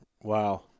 Wow